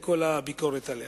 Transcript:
עם כל הביקורת עליה.